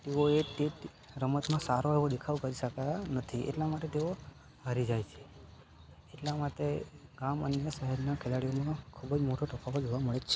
તેઓએ તે રમતમાં સારો એવો દેખાવ કરી શકતા નથી એટલા માટે તેઓ હારી જાય છે એટલા માટે ગામ અને અન્ય શહેરના ખેલાડીઓમાં ખૂબ જ મોટો તફાવત જોવા મળે છે